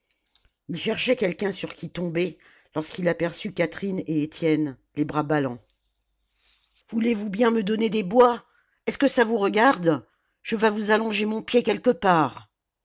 il cherchait quelqu'un sur qui tomber lorsqu'il aperçut catherine et étienne les bras ballants voulez-vous bien me donner des bois est-ce que ça vous regarde je vas vous allonger mon pied quelque part